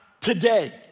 today